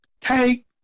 take